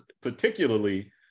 particularly